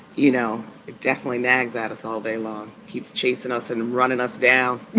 you know, it definitely nags at us all day long, keeps chasing us and running us down